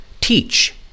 Teach